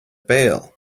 bail